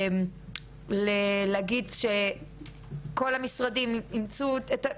לפחות להגיד שכל המשרדים אימצו את כל